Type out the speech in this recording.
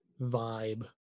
vibe